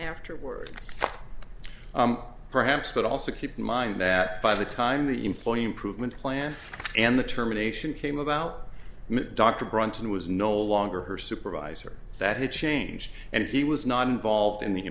afterwards perhaps but also keep in mind that by the time the employee improvement plan and the terminations came about dr brunton was no longer her supervisor that he changed and he was not involved in the